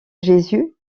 jésus